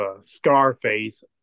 Scarface